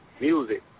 music